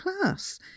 class